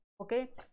Okay